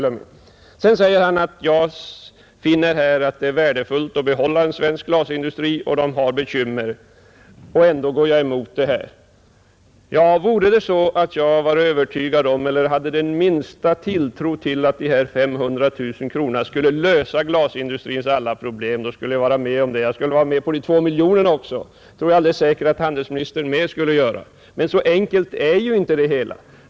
Herr Börjesson säger att jag finner det värdefullt att behålla en svensk glasindustri som har bekymmer men att jag ändå går emot förslaget. Ja, vore jag övertygad om eller hade den minsta tilltro till att de 500 000 kronorna skulle lösa glasindustrins alla problem, skulle jag yrka bifall. Jag skulle även vara med om de två miljonerna, vilket jag tror att också handelsministern skulle vara. Men så enkelt är inte det hela.